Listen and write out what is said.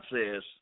says